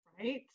right